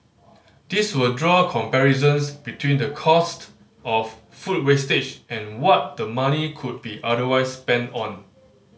these will draw comparisons between the cost of food wastage and what the money could be otherwise spent on